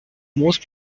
most